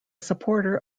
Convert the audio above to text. supporter